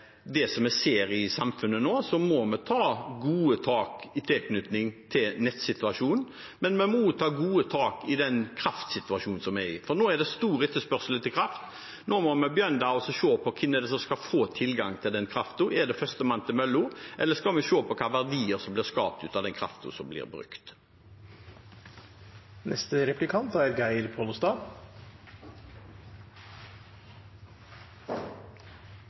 det vi ser i samfunnet nå, må vi ta gode tak når det gjelder nettsituasjonen, men vi må også ta gode tak i den kraftsituasjonen vi er i, for nå er det stor etterspørsel etter kraft. Nå må vi begynne å se på hvem det er som skal få tilgang til den kraften. Er det førstemann til mølla, eller skal vi se på hva slags verdier som blir skapt av den kraften som blir brukt? Fisk er klimavennleg, og fisk er